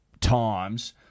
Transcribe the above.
times